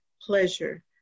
pleasure